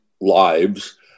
lives